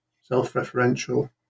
self-referential